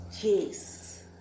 yes